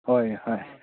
ꯍꯣꯏ ꯍꯣꯏ